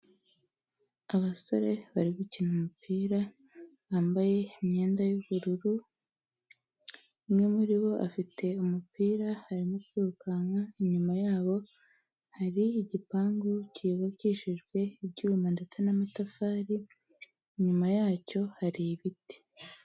Abasore barimo gukina umupira bambaye imyenda y'ubururu, umwe muri bo afite umupira arimo kwirukanka, inyuma yabo hari igipangu cyubakishijwe ibyuma ndetse n'amatafari, inyuma yacyo hari ibiti.